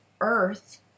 earth